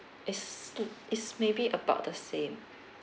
is to is maybe about the same